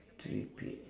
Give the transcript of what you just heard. three P